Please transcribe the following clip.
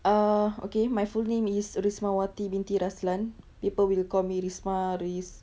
ah okay my full name is rismawati binti razlan people will call me rismah ris